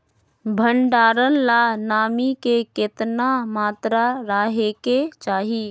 भंडारण ला नामी के केतना मात्रा राहेके चाही?